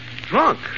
Drunk